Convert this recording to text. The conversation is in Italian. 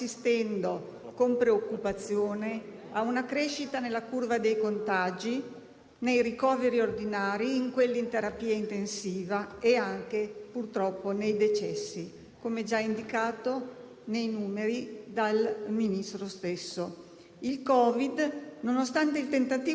Non sappiamo certamente se ciò che sta accadendo nel resto del continente possa accadere nelle prossime settimane o mesi anche in Italia, ma sappiamo che la nostra capacità di convivere con il virus è un risultato riconosciuto a livello internazionale.